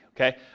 Okay